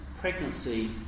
pregnancy